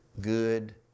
good